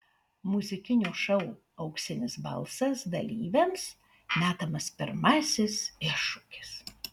muzikinio šou auksinis balsas dalyviams metamas pirmasis iššūkis